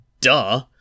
Duh